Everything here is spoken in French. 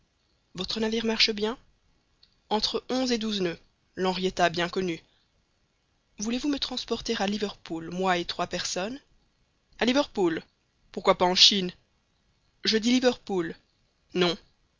votre navire marche bien entre onze et douze noeuds l'henrietta bien connue voulez-vous me transporter à liverpool moi et trois personnes a liverpool pourquoi pas en chine je dis liverpool non